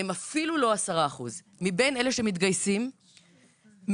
הם אפילו לא 10%. מבין אלה שמתגייסים מעט